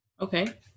Okay